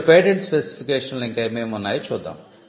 ఇప్పుడు పేటెంట్ స్పెసిఫికేషన్లో ఇంకా ఏమేమి ఉన్నాయో చూద్దాం